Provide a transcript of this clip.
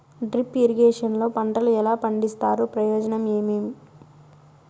Drip irrigation లో పంటలు ఎలా పండిస్తారు ప్రయోజనం ఏమేమి?